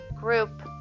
group